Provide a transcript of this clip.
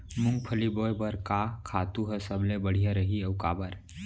मूंगफली बोए बर का खातू ह सबले बढ़िया रही, अऊ काबर?